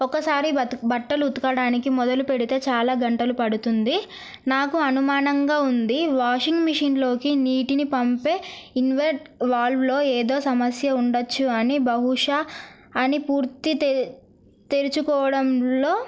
ఒకసారి బట్టలు ఉతకడానికి మొదలు పెడితే చాలా గంటలు పడుతుంది నాకు అనుమానంగా ఉంది వాషింగ్ మెషిన్లోకి నీటిని పంపే ఇన్వెర్ట్ వాల్వ్లో ఏదో సమస్య ఉండవచ్చు అని బహుషా అని పూర్తి తెరుచుకోవడంలో